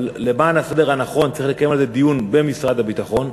אבל למען הסדר הנכון צריך לקיים דיון על זה במשרד הביטחון,